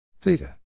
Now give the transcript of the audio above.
theta